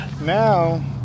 Now